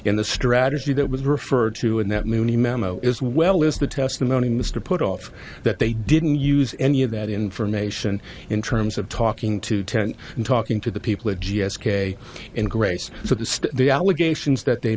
in the strategy that was referred to in that many memo as well as the testimony mr put off that they didn't use any of that information in terms of talking to ten and talking to the people of g s k in grace so that the allegations that they